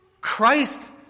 Christ